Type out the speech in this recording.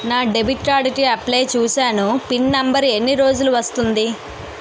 నా debit card కి apply చూసాను పిన్ నంబర్ ఎన్ని రోజుల్లో వస్తుంది?